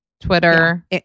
Twitter